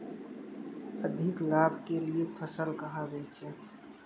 अधिक लाभ के लिए फसल कहाँ बेचें?